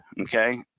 okay